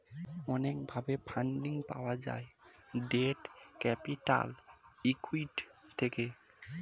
অনেক ভাবে ফান্ডিং পাওয়া যায় ডেট ক্যাপিটাল, ইক্যুইটি থেকে